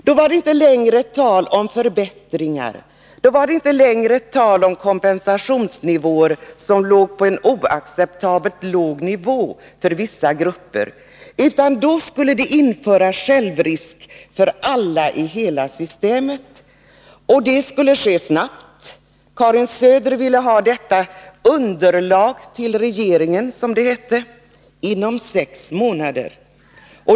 Då var det inte längre tal om förbättringar, då var det inte längre tal om kompensationsnivåer som var oacceptabelt låga för vissa grupper, utan då skulle vi införa självrisk för alla i hela systemet. Och det skulle ske snabbt. Karin Söder ville ha detta underlag till regeringen, som det hette, inom sex månader.